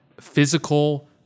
physical